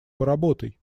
поработай